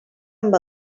amb